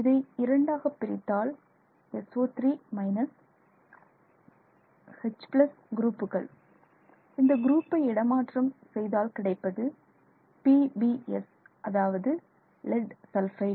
இதை இரண்டாகப் பிரித்தால் SO3 H குரூப்புகள் இந்த குரூப்பை இடமாற்றம் செய்தால் கிடைப்பது PbS அதாவது லெட் சல்பைடு